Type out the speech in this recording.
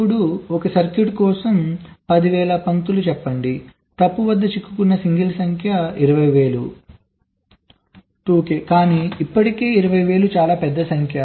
ఇప్పుడు ఒక సర్క్యూట్ కోసం 10000 పంక్తులు చెప్పండి తప్పు వద్ద చిక్కుకున్న సింగిల్ సంఖ్య 20000 2 కె కానీ ఇప్పటికీ ఇరవై వేలు చాలా పెద్ద సంఖ్య